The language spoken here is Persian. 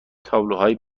تابلوهای